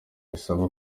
bisaba